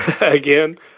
Again